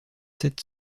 sept